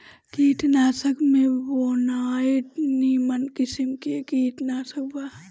कीटनाशक में बोनाइड निमन किसिम के कीटनाशक बा